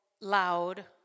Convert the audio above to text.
loud